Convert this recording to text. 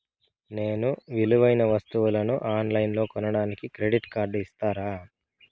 నేను విలువైన వస్తువులను ఆన్ లైన్లో కొనడానికి క్రెడిట్ కార్డు ఇస్తారా?